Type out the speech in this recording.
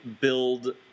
build